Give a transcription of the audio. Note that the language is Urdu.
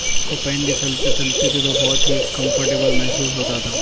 اس کو پہن کے چلتے تھے تو بہت ہی ایک کمفرٹیبل محسوس ہوتا تھا